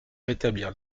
rétablir